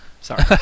sorry